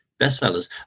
bestsellers